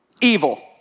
evil